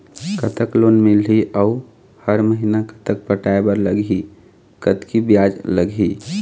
कतक लोन मिलही अऊ हर महीना कतक पटाए बर लगही, कतकी ब्याज लगही?